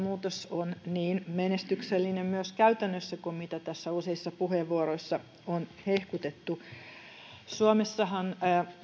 on niin menestyksellinen myös käytännössä kuin mitä tässä useissa puheenvuoroissa on hehkutettu suomessahan